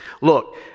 look